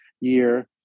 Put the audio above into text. year